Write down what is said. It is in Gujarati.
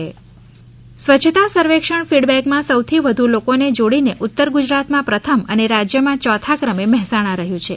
બોલેરો કેમ્પર સ્વચ્છતા સર્વેક્ષણ ફીડબેકમાં સૌથી વધુ લોકોને જોડીને ઉત્તર ગુજરાતમાં પ્રથમ અને રાજ્યમાં ચોથા ક્રમે મહેસાણા રહ્યું છે